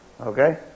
Okay